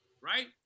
right